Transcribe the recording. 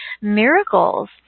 miracles